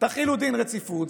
תכינו דין רציפות,